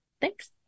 Thanks